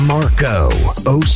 Marco